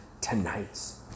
tonight's